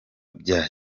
bya